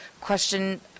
question